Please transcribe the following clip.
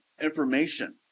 information